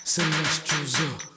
Celestial